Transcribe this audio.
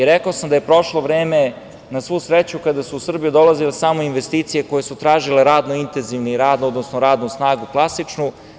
Rekao sam da je prošlo vreme na svu sreću kada su Srbi dolazili do investicija koje su tražile radno intenzivni rad, odnosno radnu snagu klasičnu.